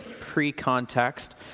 pre-context